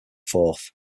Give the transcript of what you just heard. fourth